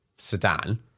sedan